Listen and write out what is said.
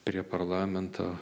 prie parlamento